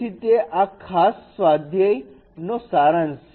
તેથી તે આ ખાસ સ્વાધ્યાય નો સારાંશ છે